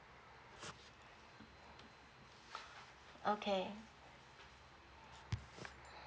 okay